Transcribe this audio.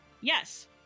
Yes